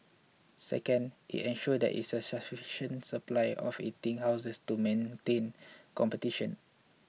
second it ensures there is a sufficient supply of eating houses to maintain competition